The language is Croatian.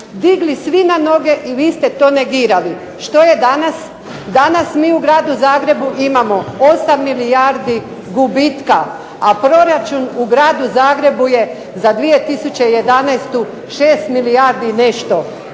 digli svi na noge i vi ste to negirali. Što je danas, danas mi u Gradu Zagrebu imamo 8 milijardi gubitka, a proračun u Gradu Zagrebu je za 2011. 6 milijardi i nešto.